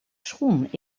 schoen